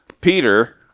Peter